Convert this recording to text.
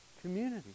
community